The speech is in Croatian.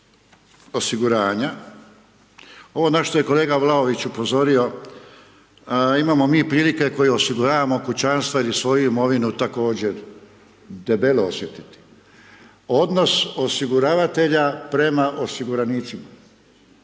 osiguranja, ovo na što je kolega Vlaović upozorio, imamo mi prilike koje osiguravamo kućanstva ili svoju imovinu također debelo osjetiti. Odnos osiguravatelja prema osiguranicima.